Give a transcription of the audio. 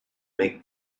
make